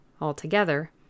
Altogether